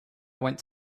went